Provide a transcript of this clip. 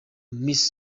miss